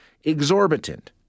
exorbitant